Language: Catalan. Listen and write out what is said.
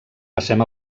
passem